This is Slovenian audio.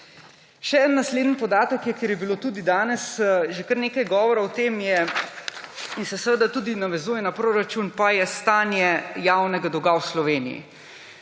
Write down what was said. Še en naslednji podatek je, ker je bilo tudi danes že kar nekaj govora o tem, in se seveda tudi navezuje na proračun, pa je stanje javnega dolga v Sloveniji.